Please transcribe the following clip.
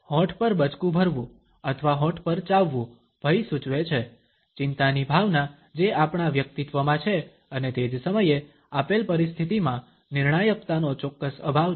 હોઠ પર બચકું ભરવું અથવા હોઠ પર ચાવવું ભય સૂચવે છે ચિંતાની ભાવના જે આપણા વ્યક્તિત્વમાં છે અને તે જ સમયે આપેલ પરિસ્થિતિમાં નિર્ણાયકતાનો ચોક્કસ અભાવ છે